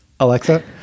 Alexa